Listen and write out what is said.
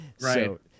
right